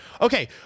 Okay